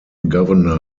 governor